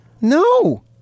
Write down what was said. No